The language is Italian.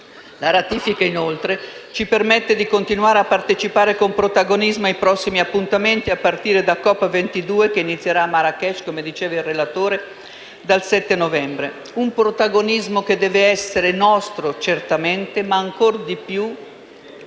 La ratifica, inoltre, ci permette di continuare a partecipare con protagonismo ai prossimi appuntamenti, a partire da COP22 che inizierà a Marrakech, come diceva il relatore, dal 7 novembre. Un protagonismo che deve essere nostro, certamente, ma ancor di più